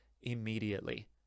immediately